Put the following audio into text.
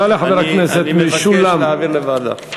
אני מבקש להעביר לוועדה.